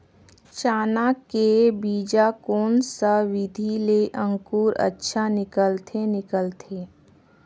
चाना के बीजा कोन सा विधि ले अंकुर अच्छा निकलथे निकलथे